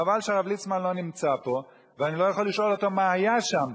חבל שהרב ליצמן לא נמצא פה ואני לא יכול לשאול אותו מה היה שם.